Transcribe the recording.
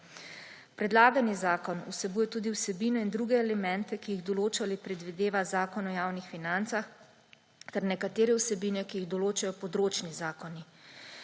Predlagani zakon vsebuje tudi vsebine in druge elemente, ki jih določa ali predvideva Zakon o javnih financah, ter nekatere vsebine, ki jih odločajo področni zakoni.